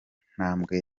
ntambwe